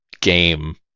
game